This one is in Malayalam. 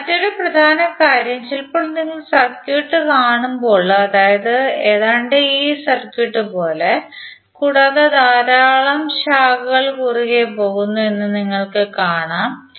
ഇപ്പോൾ മറ്റൊരു പ്രധാന കാര്യം ചിലപ്പോൾ നിങ്ങൾ സർക്യൂട്ട് കാണുമ്പോൾ അതായത് ഏതാണ്ട് ഈ സർക്യൂട്ട് പോലെ കൂടാതെ ധാരാളം ശാഖകൾ കുറുകേ പോകുന്നു എന്ന് നിങ്ങൾ കാണും